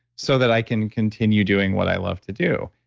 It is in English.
so that i can continue doing what i love to do.